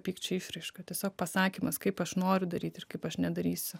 pykčio išraiška tiesiog pasakymas kaip aš noriu daryt ir kaip aš nedarysiu